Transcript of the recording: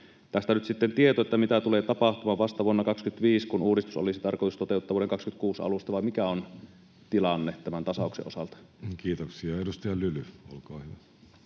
tästä nyt sitten tieto, mitä tulee tapahtumaan, vasta vuonna 25, kun uudistus olisi tarkoitus toteuttaa vuoden 26 alusta, vai mikä on tilanne tämän tasauksen osalta? [Speech 415] Speaker: